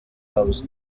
house